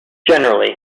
generally